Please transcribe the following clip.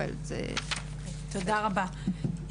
תודה רבה,